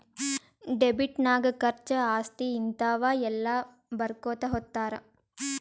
debit ನಾಗ್ ಖರ್ಚಾ, ಆಸ್ತಿ, ಹಿಂತಾವ ಎಲ್ಲ ಬರ್ಕೊತಾ ಹೊತ್ತಾರ್